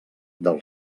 del